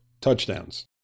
touchdowns